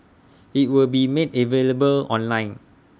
IT will be made available online